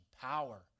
power